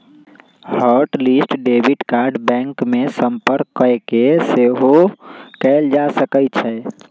hot list debit card bank में संपर्क कऽके सेहो कएल जा सकइ छै